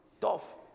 Tough